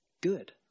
good